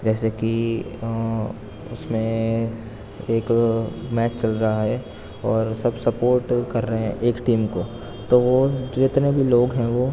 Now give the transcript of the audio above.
جیسے کہ اس میں ایک میچ چل رہا ہے اور سب سپورٹ کر رہیں ایک ٹیم کو تو وہ جتنے بھی لوگ ہیں وہ